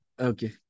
Okay